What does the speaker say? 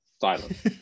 silent